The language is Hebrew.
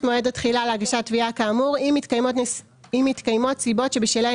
מועד התחילה להגשת תביעה כאמור אם מתקיימות סיבות שבשלהן